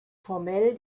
formell